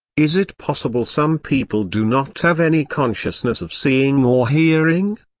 is it possible some people do not have any consciousness of seeing or hearing?